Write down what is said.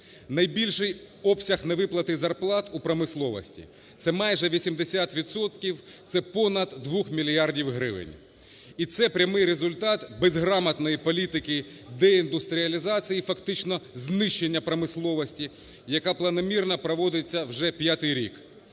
Найбільший обсяг невиплати зарплат у промисловості – це майже 80 відсотків, це понад 2 мільярдів гривень. І це прямий результат безграмотної політики деіндустріалізації і фактично знищення промисловості, яка планомірно проводиться вже п'ятий рік.